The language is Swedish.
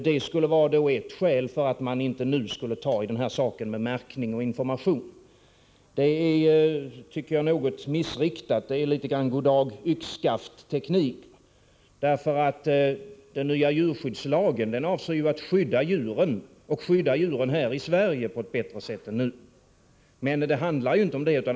Det skulle då vara ett skäl för att man inte nu vill ta tag i frågan om märkning och information. Detta är något missriktat, tycker jag. Det är något av goddag — yxskaft över det; den nya djurskyddslagen avser ju att skydda djuren här i Sverige på ett bättre sätt än nu. Men här handlar det ju inte om detta.